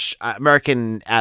American